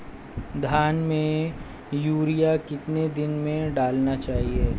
धान में यूरिया कितने दिन में डालना चाहिए?